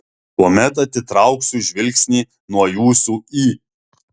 tuomet atitrauksiu žvilgsnį nuo jūsų į